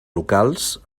locals